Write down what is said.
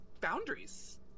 boundaries